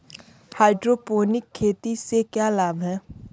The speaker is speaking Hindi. हाइड्रोपोनिक खेती से क्या लाभ हैं?